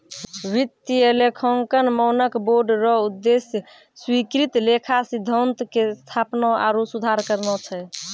वित्तीय लेखांकन मानक बोर्ड रो उद्देश्य स्वीकृत लेखा सिद्धान्त के स्थापना आरु सुधार करना छै